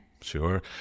sure